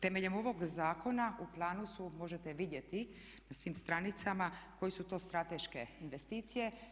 Temeljem ovog zakona u planu su možete vidjeti na svim stranicama koje su to strateške investicije.